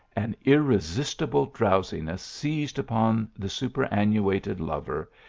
an irresistible drowsiness seized upon the superannuated lover,